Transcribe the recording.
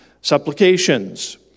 Supplications